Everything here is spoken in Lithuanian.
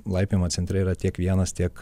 laipiojimo centre yra tiek vienas tiek